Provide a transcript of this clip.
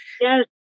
yes